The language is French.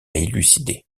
élucidée